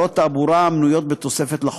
הקשור לעבירות תעבורה המנויות בתוספת לחוק.